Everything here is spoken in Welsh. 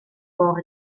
môr